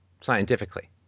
scientifically